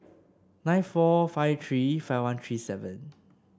nine four five three five one three seven